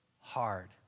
hard